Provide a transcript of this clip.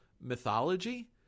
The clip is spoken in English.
mythology